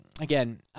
again